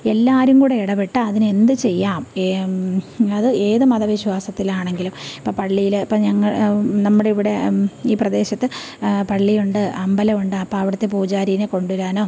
എല്ലാവരും കൂടെ ഇടപെട്ട് അതിന് എന്ത് ചെയ്യാം അത് ഏത് മത വിശ്വാസത്തിലാണെങ്കിലും ഇപ്പോ പള്ളിയില് ഇപ്പോ ഞങ്ങള് നമ്മുടെ ഇവിടെ ഈ പ്രദേശത്ത് പള്ളിയുണ്ട് അമ്പലമുണ്ട് അപ്പോൾ അവിടുത്തെ പൂജാരീനെ കൊണ്ടുവരാനോ